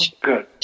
Good